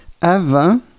avant